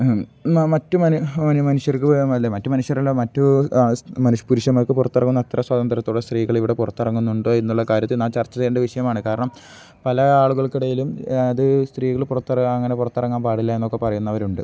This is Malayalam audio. മറ്റു മനുഷ്യർക്ക് അല്ലേ മറ്റു മനുഷ്യരുള്ള മറ്റു പുരുഷന്മാർക്ക് പുറത്തിറങ്ങുന്ന അത്ര സ്വാതന്ത്ര്യത്തോടെ സ്ത്രീകൾ ഇവിടെ പുറത്തിറങ്ങുന്നുണ്ടോ എന്നുള്ള കാര്യത്ത് നാം ചർച്ച ചെയ്യേണ്ട വിഷയമാണ് കാരണം പല ആളുകൾക്കിടയിലും അത് സ്ത്രീകൾ പുറത്തിറാങ്ങാൻ അങ്ങനെ പുറത്തിറങ്ങാൻ പാടില്ല എന്നൊക്കെ പറയുന്നവർ ഉണ്ട്